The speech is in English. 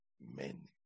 Men